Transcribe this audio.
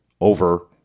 over